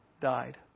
died